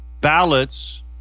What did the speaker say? ballots